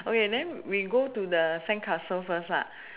okay then we go to the sandcastle first lah